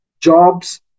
jobs